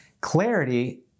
Clarity